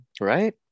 right